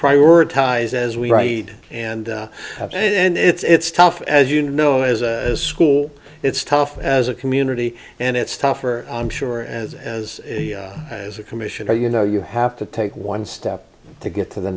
prioritize as we write and have and it's tough as you know as a school it's tough as a community and it's tougher i'm sure and as as a commissioner you know you have to take one step to get to the